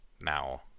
Now